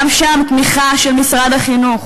גם שם תמיכה של משרד החינוך.